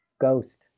ghost